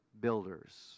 builders